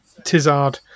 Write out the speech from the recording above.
Tizard